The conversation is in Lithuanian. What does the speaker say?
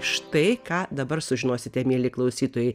štai ką dabar sužinosite mieli klausytojai